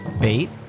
Bait